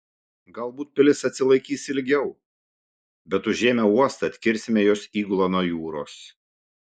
galbūt pilis atsilaikys ilgiau bet užėmę uostą atkirsime jos įgulą nuo jūros